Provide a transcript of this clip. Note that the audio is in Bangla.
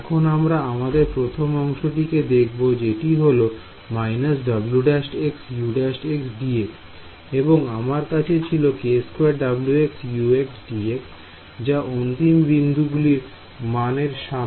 এখন আমরা আমাদের প্রথম অংশটি কে দেখব যেটি হল এবং আমার কাছে ছিল যা অন্তিম বিন্দুগুলির মান এর সমান